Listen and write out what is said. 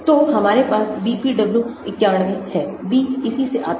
तो हमारे पास BPW91 है B इसी से आता है